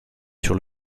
sur